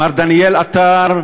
מר דניאל עטר,